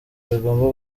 bigomba